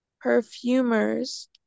perfumers